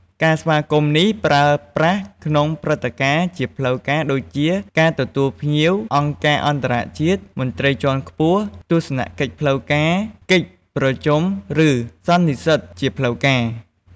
ការស្វាគមន៍នេះប្រើប្រាស់ក្នុងព្រឹត្តិការណ៍ជាផ្លូវការដូចជា ការទទួលភ្ញៀវអង្គការអន្តរជាតិ មន្ត្រីជាន់ខ្ពស់ ទស្សនកិច្ចផ្លូវការ កិច្ចប្រជុំឬសន្និសីទជាផ្លូវការ។